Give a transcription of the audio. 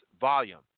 volume